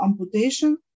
amputation